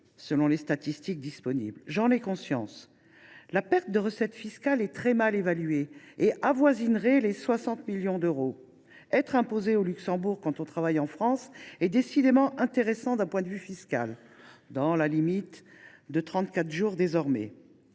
selon les statistiques disponibles. La perte de recettes fiscales est très mal évaluée. Elle avoisinerait les 60 millions d’euros. Être imposé au Luxembourg quand on travaille en France est décidément intéressant d’un point de vue fiscal. Dans la limite de trente quatre jours désormais…